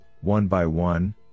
one-by-one